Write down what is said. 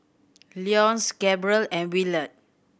Leonce Gabriel and Willard